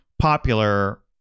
popular